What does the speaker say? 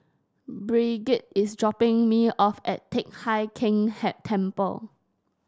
Brigitte is dropping me off at Teck Hai Keng head Temple